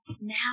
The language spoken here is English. now